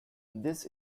this